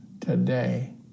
today